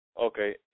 Okay